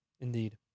Indeed